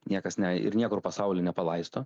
niekas ir niekur pasauly nepalaisto